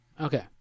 Okay